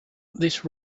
this